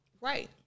right